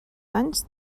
anys